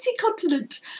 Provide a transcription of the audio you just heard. continent